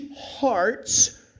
hearts